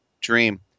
dream